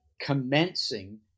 commencing